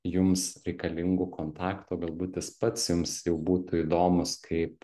jums reikalingų kontaktų o galbūt jis pats jums jau būtų įdomūs kaip